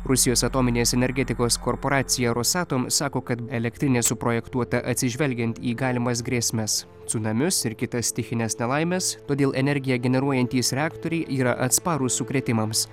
rusijos atominės energetikos korporacija rosatom sako kad elektrinė suprojektuota atsižvelgiant į galimas grėsmes cunamius ir kitas stichines nelaimes todėl energiją generuojantys reaktoriai yra atsparūs sukrėtimams